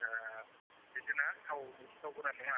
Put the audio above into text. आत्सा बिदिसोना सिथाव सिथाव गोरान नङा